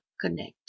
connect